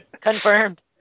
Confirmed